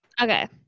Okay